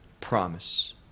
promise